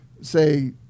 say